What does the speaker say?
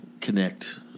connect